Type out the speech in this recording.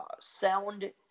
Sound